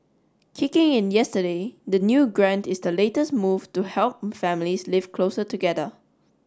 kicking in yesterday the new grant is the latest move to help families live closer together